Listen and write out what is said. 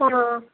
ହଁ